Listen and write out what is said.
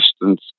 distance